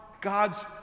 God's